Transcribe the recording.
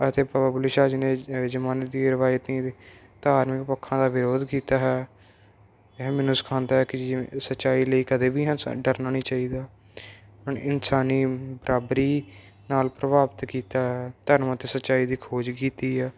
ਅਤੇ ਬਾਬਾ ਬੁੱਲੇ ਸ਼ਾਹ ਜੀ ਨੇ ਜਮਾਨੇ ਦੀ ਰਵਾਇਤੀ ਧਾਰਮਿਕ ਪੱਖਾਂ ਦਾ ਵਿਰੋਧ ਕੀਤਾ ਹੈ ਇਹ ਮੈਨੂੰ ਸਿਖਾਉਂਦਾ ਹੈ ਕਿ ਜਿਵੇਂ ਸੱਚਾਈ ਲਈ ਕਦੇ ਵੀ ਡਰਨਾ ਨੀ ਚਾਹੀਦਾ ਇਨਸਾਨੀ ਬਰਾਬਰੀ ਨਾਲ ਪ੍ਰਭਾਵਿਤ ਕੀਤਾ ਧਰਮ ਅਤੇ ਸੱਚਾਈ ਦੀ ਖੋਜ ਕੀਤੀ ਹ